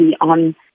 on